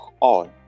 on